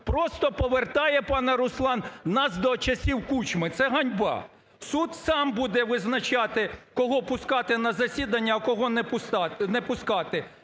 просто повертає, пане Руслан, нас до часів Кучми. Це – ганьба! Суд сам буде визначати, кого пускати на засідання, а кого не пускати,